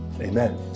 amen